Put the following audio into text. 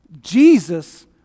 Jesus